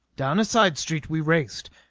down a side street we raced,